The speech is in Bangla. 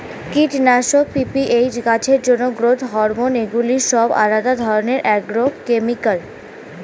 কীটনাশক, পি.পি.এইচ, গাছের জন্য গ্রোথ হরমোন এগুলি সব আলাদা ধরণের অ্যাগ্রোকেমিক্যাল